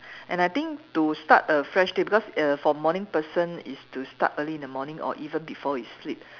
and I think to start a fresh day because err for morning person is to start early in the morning or even before you sleep